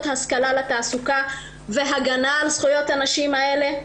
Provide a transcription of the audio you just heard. השכלה לתעסוקה והגנה על זכויות הנשים האלה.